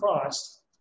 Christ